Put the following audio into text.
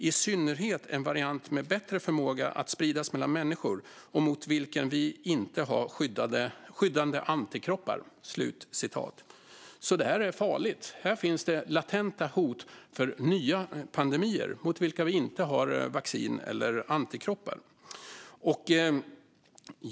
I synnerhet en variant med bättre förmåga att spridas mellan människor och mot vilken vi inte har skyddande antikroppar." Det här är farligt. Här finns det latenta hot om nya pandemier mot vilka vi inte har vaccin eller antikroppar.